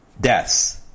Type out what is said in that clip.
deaths